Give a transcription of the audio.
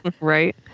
Right